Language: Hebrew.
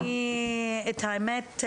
האמת,